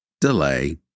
delay